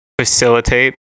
facilitate